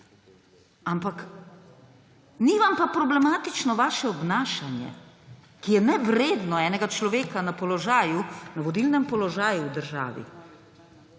ampak ni vam pa problematično vaše obnašanje, ki je nevredno enega človeka na položaju, na vodilnem položaju v državi.